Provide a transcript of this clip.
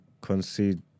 concede